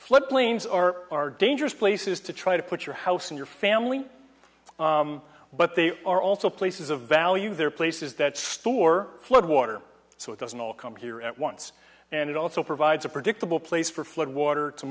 floodplains are are dangerous places to try to put your house in your family but they are also places of value there are places that store flood water so it doesn't all come here at once and it also provides a predictable place for flood water to